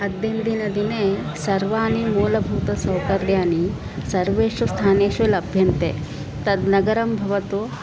अद्यन्दिनदिने सर्वानि मूलभूतसौकर्याणि सर्वेषु स्थानेषु लभ्यन्ते तद् नगरं भवतु